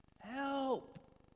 Help